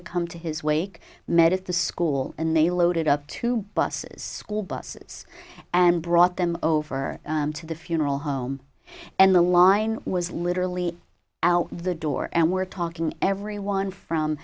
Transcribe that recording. to come to his wake met at the school and they loaded up two buses school buses and brought them over to the funeral home and the line was literally out the door and we're talking everyone from